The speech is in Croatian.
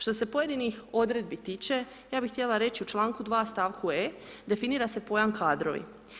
Što se pojedinih odredbi tiče, ja bih htjela reći u članku 2. stavku e) definira se pojam kadrovi.